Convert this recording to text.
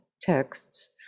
texts